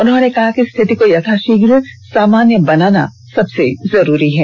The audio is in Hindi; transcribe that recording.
उन्होंने कहा कि स्थिति को यथाशीघ्र सामान्य बनाना सबसे जरूरी है